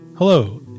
Hello